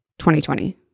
2020